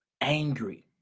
angry